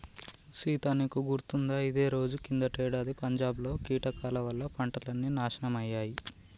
సీత నీకు గుర్తుకుందా ఇదే రోజు కిందటేడాది పంజాబ్ లో కీటకాల వల్ల పంటలన్నీ నాశనమయ్యాయి